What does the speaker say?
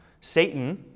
Satan